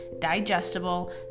digestible